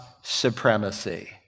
supremacy